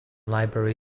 library